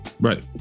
Right